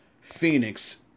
Phoenix